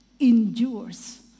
endures